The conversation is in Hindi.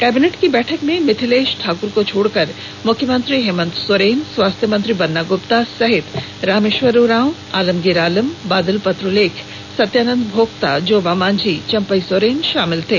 कैबिनेट की बैठक में मिथिलेश ठाक्र को छोड़कर मुख्यमंत्री हेमंत सोरेन स्वास्थ्य मंत्री बन्ना गुप्ता सहित रामेश्वर उरांव आलमगीर आलम बादल पत्रलेख सत्यानंद भोक्ता जोबा मांझी चंपई सोरेन शामिल थे